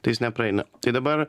tai jis nepraeina tai dabar